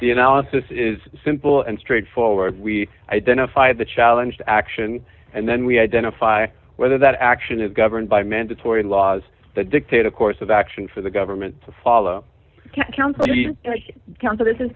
the analysis is simple and straightforward we identify the challenge to action and then we identify whether that action is governed by mandatory laws that dictate a course of action for the government to follow counsel counsel this is